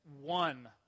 one